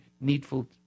needful